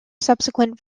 subsequent